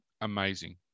amazing